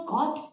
God